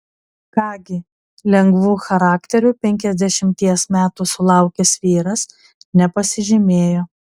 ką gi lengvu charakteriu penkiasdešimties metų sulaukęs vyras nepasižymėjo